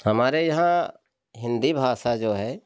हमारे यहाँ हिंदी भाषा जो है